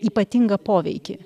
ypatingą poveikį